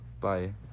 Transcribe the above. Bye